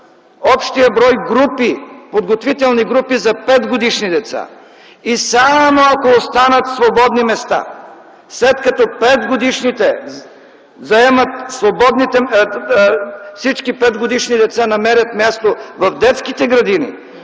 общия брой подготвителни групи за петгодишни деца. Само ако останат свободни места, след като всички петгодишни деца намерят място в детските градини,